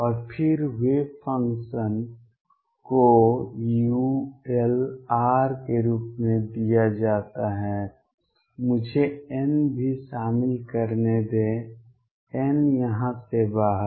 और फिर wave function ψ को ulr के रूप में दिया जाता है मुझे n भी शामिल करने दें n यहाँ से बाहर